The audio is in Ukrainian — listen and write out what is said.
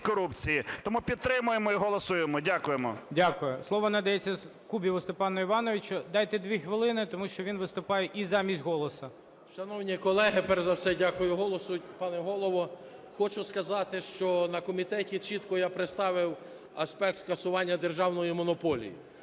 корупції. Тому підтримуємо і голосуємо. Дякуємо. ГОЛОВУЮЧИЙ. Дякую. Слово надається Кубіву Степану Івановичу. Дайте 2 хвилини, тому що він виступає і замість "Голосу" 13:39:25 КУБІВ С.І. Шановні колеги! Перш за все дякую "Голосу". Пане Голово, хочу сказати, що на комітеті чітко я представив аспект скасування державної монополії.